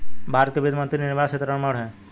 भारत की वित्त मंत्री निर्मला सीतारमण है